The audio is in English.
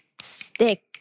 stick